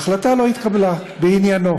החלטה לא התקבלה בעניינו.